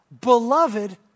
beloved